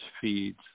feeds